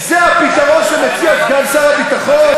בעצם מה שמבקשים פה מאתנו היום זה לבוא ולאשר שלא יהיה תיעוד,